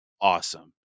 awesome